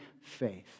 faith